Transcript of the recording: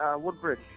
Woodbridge